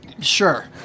Sure